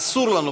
אסור לנו,